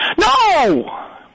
No